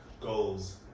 goals